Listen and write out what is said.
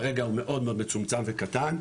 כרגע הוא מאוד מאוד מצומצם וקטן,